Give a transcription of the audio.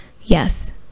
Yes